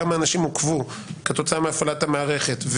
כמה אנשים עוכבו בשנים האחרונות כתוצאה מהפעלת המערכת,